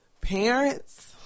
parents